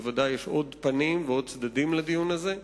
בוודאי יש עוד פנים ועוד צדדים לדיון הזה.